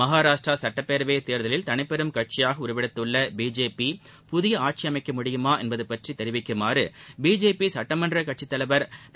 மகாராஷ்டிரா சுட்டப்பேரவை தேர்தலில் தனிப்பெரும் கட்சியாகஉருவெடுத்துள்ள பிஜேபி புதிய ஆட்சியமைக்க முடியுமா என்பது பற்றி தெரிவிக்குமாறு பிஜேபி சட்டமன்ற கட்சித் தலைவர் திரு